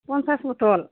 पन्सास बथल